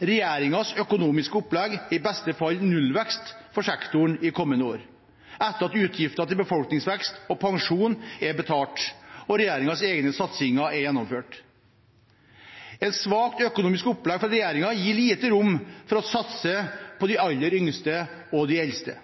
Regjeringens økonomiske opplegg er i beste fall nullvekst for sektoren i kommende år – etter at utgiftene til befolkningsvekst og pensjon er betalt og regjeringens egne satsinger er gjennomført. Et svakt økonomisk opplegg fra regjeringen gir lite rom for å satse på de aller yngste og de eldste.